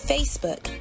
Facebook